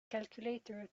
calculator